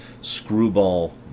screwball